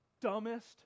dumbest